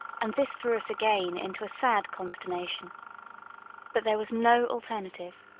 and this threw us again into a sad consternation but there was no alternative,